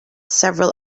several